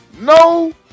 No